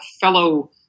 fellow